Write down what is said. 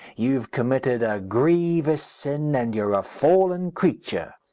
you've committed a grievous sin, and you're a fallen creature.